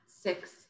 six